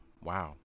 Wow